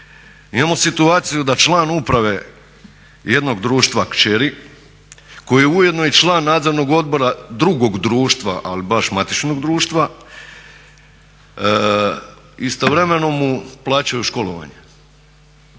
Imamo situaciju da član uprave jednog društva kćeri, koji je ujedno i član nadzornog odbora drugog društva, ali baš matičnog društva istovremeno mu plaćaju školovanje.